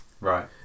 Right